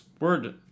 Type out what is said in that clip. Word